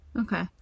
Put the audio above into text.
Okay